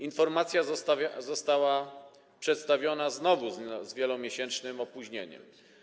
Informacja została przedstawiona znowu z wielomiesięcznym opóźnieniem.